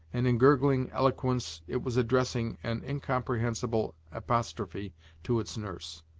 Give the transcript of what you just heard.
and in gurgling eloquence it was addressing an incomprehensible apostrophe to its nurse.